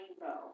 rainbow